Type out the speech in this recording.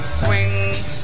swings